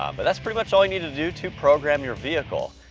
um but that's pretty much all you need to do to program your vehicle.